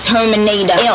Terminator